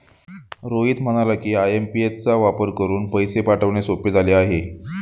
रोहित म्हणाला की, आय.एम.पी.एस चा वापर करून पैसे पाठवणे सोपे झाले आहे